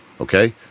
Okay